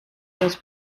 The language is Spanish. los